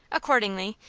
accordingly,